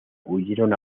huyeron